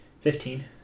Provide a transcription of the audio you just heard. fifteen